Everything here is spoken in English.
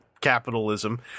capitalism